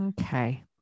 Okay